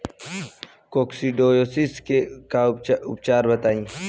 Coccidiosis के उपचार बताई?